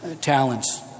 talents